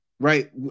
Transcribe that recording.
right